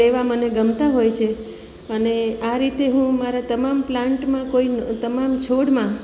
લેવાં મને ગમતા હોય છે અને આ રીતે હું મારા તમામ પ્લાન્ટમાં કોઈ તમામ છોડમાં